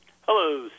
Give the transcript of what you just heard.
Hello